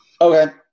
Okay